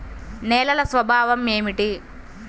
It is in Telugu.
నేలల స్వభావం ఏమిటీ?